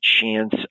chance